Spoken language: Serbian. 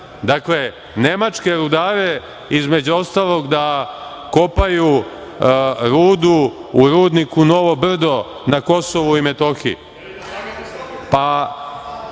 sase, nemačke rudare, između ostalog, da kopaju rudu u rudniku Novo Brdo na Kosovu i Metohiji.